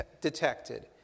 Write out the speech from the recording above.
detected